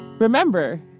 Remember